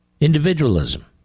Individualism